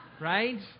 Right